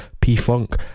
P-Funk